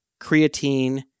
creatine